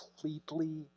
completely